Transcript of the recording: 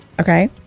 Okay